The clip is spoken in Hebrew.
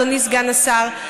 אדוני סגן השר,